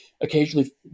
occasionally